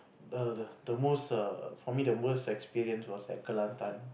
the the the most err for me the most experience was at Kelantan